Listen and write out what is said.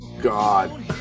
God